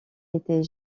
était